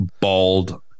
bald